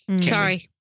Sorry